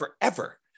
forever